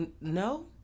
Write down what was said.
no